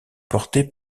portées